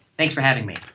thanks for having me.